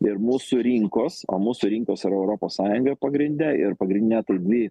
ir mūsų rinkos o mūsų rinkos yra europos sąjunga pagrinde ir pagrinde tai dvi